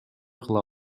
кыла